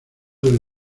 del